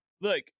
Look